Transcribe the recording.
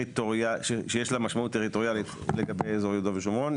שיש לה משמעות טריטוריאלית לגבי אזור יהודה ושומרון,